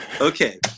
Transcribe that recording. Okay